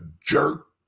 jerk